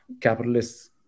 capitalists